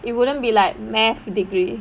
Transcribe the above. it wouldn't be like mathematics degree